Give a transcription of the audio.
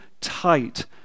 tight